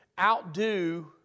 outdo